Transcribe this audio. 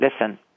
listen